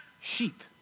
sheep